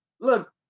look